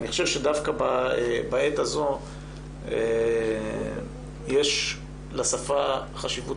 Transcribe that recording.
אני חושב שדווקא בעת הזאת יש לשפה חשיבות